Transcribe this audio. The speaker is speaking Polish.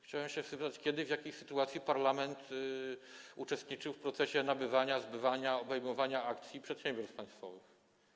Chciałem też zapytać: Kiedy, w jakiej sytuacji parlament uczestniczył w procesie nabywania, zbywania, obejmowania akcji przedsiębiorstw państwowych?